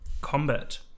combat